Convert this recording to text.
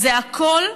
זה הכול,